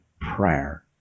prayer